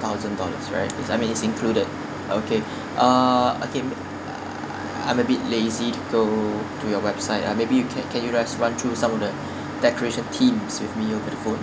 thousand dollars right it's I mean it's included okay uh okay I'm a bit lazy to go to your website ah maybe you can can you just run through some of the decoration themes with me over the phone